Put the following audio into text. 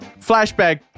flashback